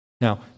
Now